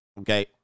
Okay